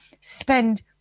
spend